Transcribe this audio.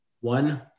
one